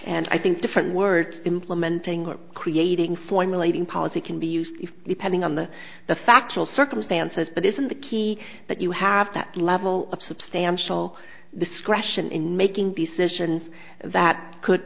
and i think different words implementing or creating formulating policy can be used depending on the the factual circumstances but isn't the key that you have that level of substantial discretion in making decisions that could